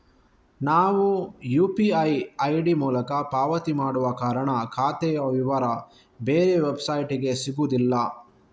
ನಾವು UPI ID ಮೂಲಕ ಪಾವತಿ ಮಾಡುವ ಕಾರಣ ಖಾತೆಯ ವಿವರ ಬೇರೆ ವೆಬ್ಸೈಟಿಗೆ ಸಿಗುದಿಲ್ಲ